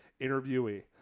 interviewee